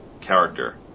character